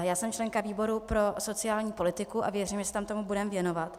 Já jsem členka výboru pro sociální politiku a věřím, že se tam tomu budeme věnovat.